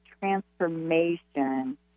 transformation